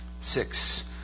six